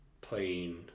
playing